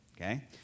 Okay